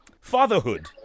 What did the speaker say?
fatherhood